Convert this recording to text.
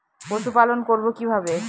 পশুপালন করব কিভাবে?